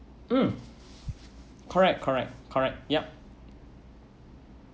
um correct correct correct yup